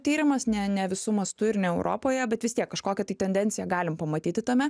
tyrimas ne ne visu mastu ir ne europoje bet vis tiek kažkokią tai tendenciją galim pamatyti tame